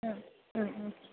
ம் ம் ம்